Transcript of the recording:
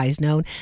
known